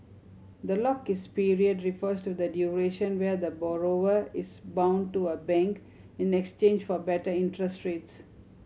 the lock is period refers to the duration where the borrower is bound to a bank in exchange for better interest rates